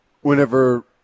whenever –